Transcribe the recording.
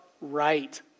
right